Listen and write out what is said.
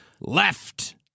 left